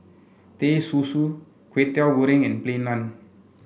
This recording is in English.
Teh Susu Kwetiau Goreng and Plain Naan